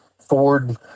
Ford